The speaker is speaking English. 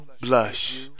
blush